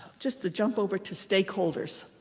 just to jump over to stakeholders.